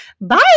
Bye